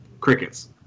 Crickets